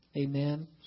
amen